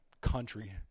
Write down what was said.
country